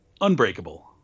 unbreakable